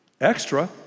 Extra